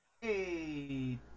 Hey